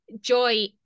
Joy